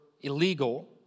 illegal